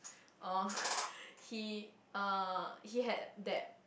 uh he uh he had that